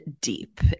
deep